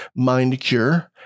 MindCure